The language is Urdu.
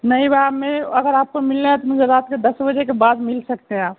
نہیں بھائی آپ میرے اگر آپ کو ملنا ہے تو مجھے رات کے دس بجے کے بعد مل سکتے ہیں آپ